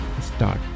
start